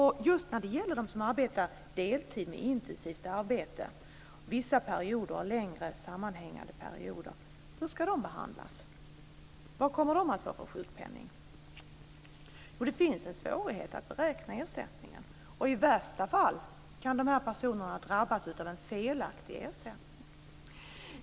Hur ska de som arbetar deltid med intensivt arbete vissa perioder och längre sammanhängande andra perioder behandlas? Vad kommer de att få för sjukpenning? Det finns en svårighet att beräkna ersättningen. I värsta fall kan dessa personer drabbas av en felaktig ersättning.